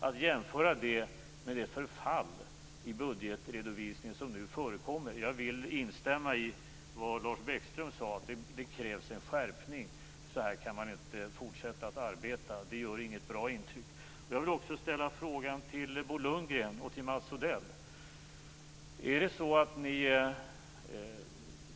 Detta kan jämföras med det förfall i budgetredovisningen som nu förekommer. Jag vill instämma i vad Lars Bäckström sade: Det krävs en skärpning. Så här kan man inte fortsätta arbeta. Det gör inget bra intryck. Jag vill också ställa en fråga till Bo Lundgren och till Mats Odell.